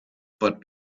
but